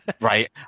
right